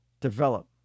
develop